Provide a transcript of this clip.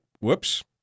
Whoops